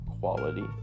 quality